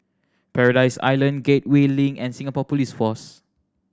Paradise Island Gateway Link and Singapore Police Force